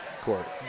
court